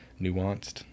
nuanced